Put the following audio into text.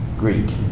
Greek